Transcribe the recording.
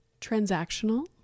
transactional